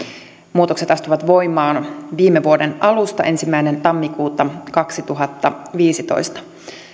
muutokset astuivat voimaan viime vuoden alusta ensimmäinen tammikuuta kaksituhattaviisitoista